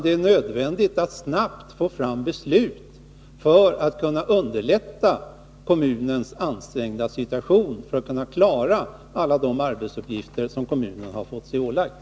Det är nödvändigt att snabbt få fram ett beslut för att kunna underlätta kommunens ansträngda situation när det gäller att klara alla de arbetsuppgifter som kommunen har fått sig ålagd.